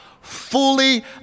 fully